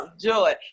joy